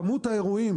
כמות האירועים